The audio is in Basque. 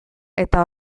eta